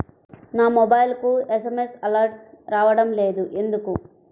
నా మొబైల్కు SMS alerts రావడం లేదు ఎందుకు?